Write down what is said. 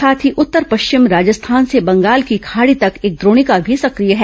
साथ ही उत्तर पश्चिम राजस्थान से बंगाल की खाड़ी तक एक द्रोणिका भी सक्रिय है